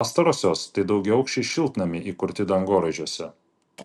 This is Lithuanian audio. pastarosios tai daugiaaukščiai šiltnamiai įkurti dangoraižiuose